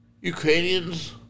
Ukrainians